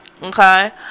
Okay